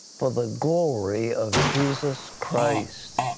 for the glory of jesus christ.